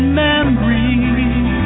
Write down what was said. memories